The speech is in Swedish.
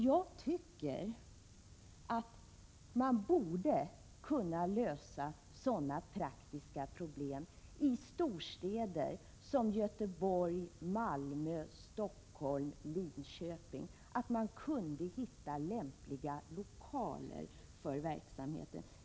Jag tycker att man borde kunna lösa sådana praktiska problem i storstäder som Göteborg, Malmö, Stockholm och Linköping och hitta lämpliga lokaler för verksamheten.